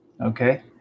okay